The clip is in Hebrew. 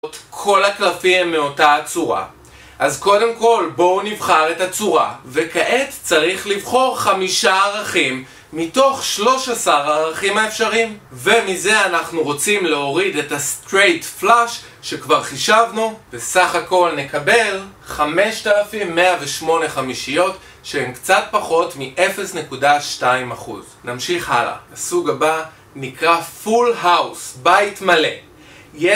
כל הקלפים מאותה הצורה. אז קודם כל בואו נבחר את הצורה, וכעת צריך לבחור 5 ערכים מתוך 13 הערכים האפשריים, ומזה אנחנו רוצים להוריד את ה-straight flash שכבר חישבנו, וסך הכל 5108 חמישיות שהן קצת פחות מ-0.2%. נמשיך הלאה. הסוג הבא נקרא full house, בית מלא.